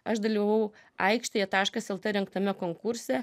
aš dalyvavau aikštėje taškas lt rengtame konkurse